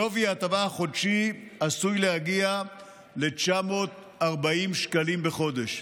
שווי ההטבה החודשי עשוי להגיע ל-940 שקלים לחודש.